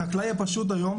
החקלאי הפשוט היום,